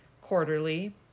quarterly